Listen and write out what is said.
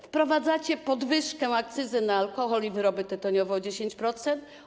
Wprowadzacie podwyżkę akcyzy na alkohol i wyroby tytoniowe o 10%.